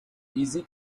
easy